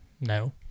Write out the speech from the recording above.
No